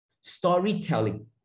Storytelling